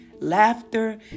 laughter